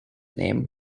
name